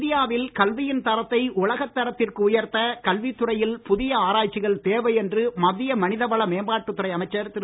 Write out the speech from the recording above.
இந்தியாவில் கல்வியின் தரத்தை உலகத் தரத்திற்கு உயர்த்த கல்வித் துறையில் புதிய ஆராய்ச்சிகள் தேவை என்று மத்திய மனிதவள மேம்பாட்டுத் துறை அமைச்சர் திரு